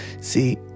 See